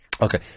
Okay